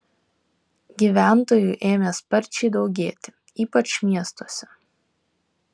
gyventojų ėmė sparčiai daugėti ypač miestuose